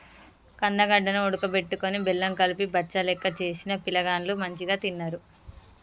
కందగడ్డ ను ఉడుకబెట్టుకొని బెల్లం కలిపి బచ్చలెక్క చేసిన పిలగాండ్లు మంచిగ తిన్నరు